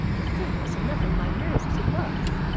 the thing was enough on my nerves as it was.